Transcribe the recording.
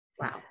Wow